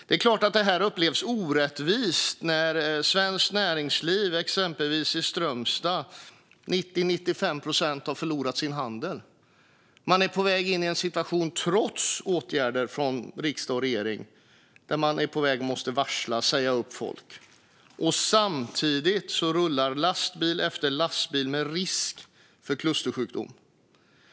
Det är klart att det här upplevs som orättvist när svenskt näringsliv exempelvis i Strömstad till 90-95 procent har förlorat sin handel. Man är, trots åtgärder från riksdag och regering, på väg in i en situation där man måste varsla och säga upp folk. Samtidigt rullar lastbil efter lastbil med risk för klustersjukdom.